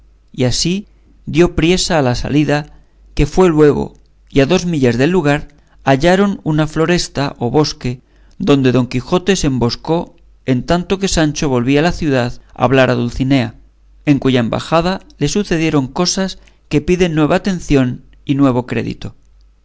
y así dio priesa a la salida que fue luego y a dos millas del lugar hallaron una floresta o bosque donde don quijote se emboscó en tanto que sancho volvía a la ciudad a hablar a dulcinea en cuya embajada le sucedieron cosas que piden nueva atención y nuevo crédito